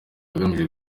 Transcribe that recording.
agamije